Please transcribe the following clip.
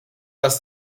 das